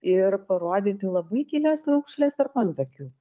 ir parodyti labai gilias raukšles tarp antakių